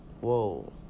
Whoa